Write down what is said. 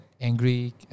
angry